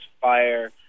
fire